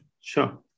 Sure